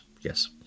yes